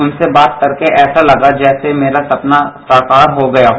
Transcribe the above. उनसे बात करके ऐसा लगा जैसे मेरा सपना साकार हो गया हो